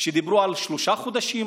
כשדיברו על שלושה חודשים,